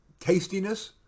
tastiness